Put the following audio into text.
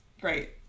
Great